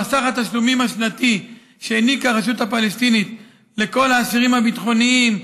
סך התשלום השנתי שהעניקה הרשות הפלסטינית לכל האסירים הביטחוניים,